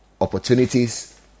opportunities